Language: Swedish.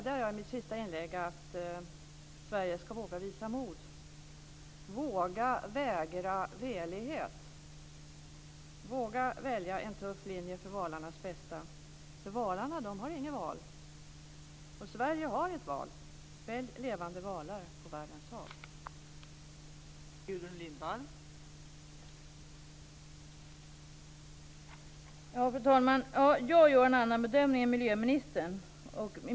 Jag gör en annan bedömning än miljöministern.